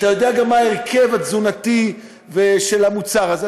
ואתה גם יודע מה ההרכב התזונתי של המוצר הזה.